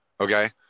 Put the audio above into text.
okay